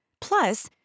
Plus